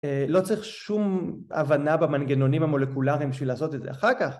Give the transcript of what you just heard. לא צריך שום הבנה במנגנונים המולקולריים בשביל לעשות את זה אחר כך,